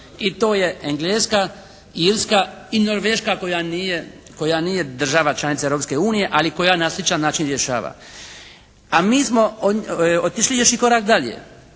i to je Engleska, Irska i Norveška koja nije država članica Europske unije, ali koja na sličan način rješava. A mi smo otišli još i korak dalje.